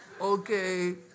Okay